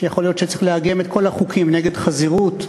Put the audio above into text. שיכול להיות שצריך לאגם את כל החוקים נגד חזירות,